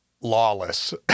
lawless